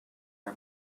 her